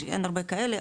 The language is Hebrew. כי אין הרבה כאלה,